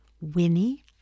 Winnie